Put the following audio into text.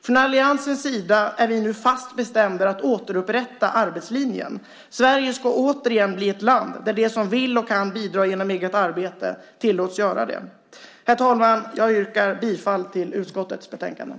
Från alliansens sida är vi nu fast bestämda att återupprätta arbetslinjen. Sverige ska återigen bli ett land där de som vill och kan bidra genom eget arbete tillåtas göra det. Herr talman! Jag yrkar bifall till utskottets förslag i betänkandet.